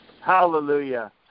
Hallelujah